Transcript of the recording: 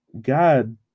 god